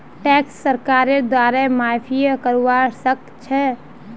tax सरकारेर द्वारे माफियो करवा सख छ